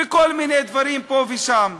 וכל מיני דברים פה ושם,